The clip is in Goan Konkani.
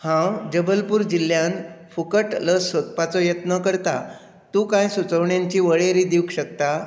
हांव जबलपूर जिल्ल्यांत फुकट लस सोदपाचो यत्न करतां तूं कांय सुचोवण्यांची वळेरी दिवंक शकता